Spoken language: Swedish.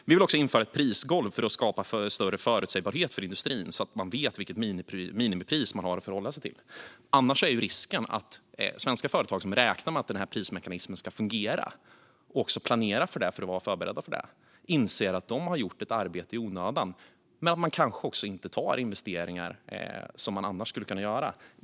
Vi vill också införa ett prisgolv för att skapa större förutsägbarhet för industrin, så att man vet vilket minimipris man har att förhålla sig till. Annars är risken att svenska företag som räknar med att prismekanismen ska fungera planerar för det för att vara förberedda och sedan inser att de har gjort arbetet i onödan och kanske inte gör investeringar som de annars skulle ha gjort.